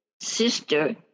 sister